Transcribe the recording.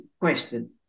question